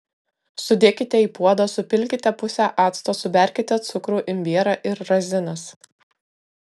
sudėkite į puodą supilkite pusę acto suberkite cukrų imbierą ir razinas